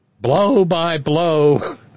blow-by-blow